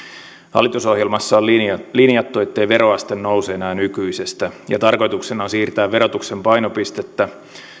hallitusohjelmassa on linjattu ettei veroaste nouse enää nykyisestä ja tarkoituksena on siirtää verotuksen painopistettä